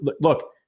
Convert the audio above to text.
look